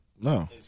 No